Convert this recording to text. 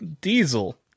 Diesel